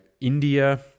india